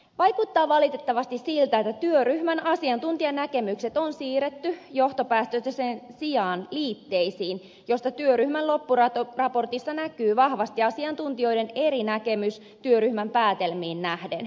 vaikuttaa valitettavasti siltä että työryhmän asiantuntijanäkemykset on siirretty johtopäätösten sijaan liitteisiin josta työryhmän loppuraportissa näkyy vahvasti asiantuntijoiden eri näkemys työryhmän päätelmiin nähden